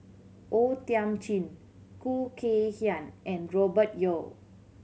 O Thiam Chin Khoo Kay Hian and Robert Yeo